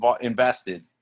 invested